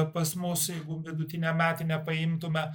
pas mus jeigu vidutinę metinę paimtume